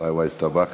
וואי, וואי, הסתבכתי.